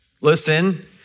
Listen